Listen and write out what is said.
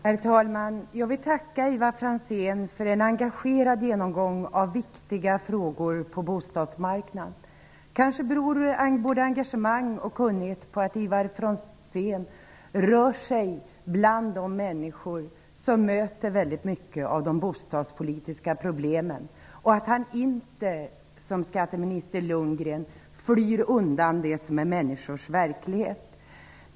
Herr talman! Jag vill tacka Ivar Franzén för en engagerad genomgång av viktiga frågor på bostadsmarknaden. Kanske beror både Ivar Franzéns engagemang och kunnighet på att han rör sig bland människor som möter mycket av de bostadspolitiska problemen och att han inte -- som skatteminister Lundgren -- flyr undan det som är människors verklighet.